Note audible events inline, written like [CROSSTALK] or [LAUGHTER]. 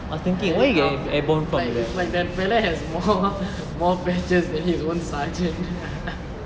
very upz leh like if like the fellow has more more badges than his own sergeant [LAUGHS]